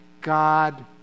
God